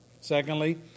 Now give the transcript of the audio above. Secondly